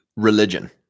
religion